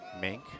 Mink